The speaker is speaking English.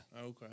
Okay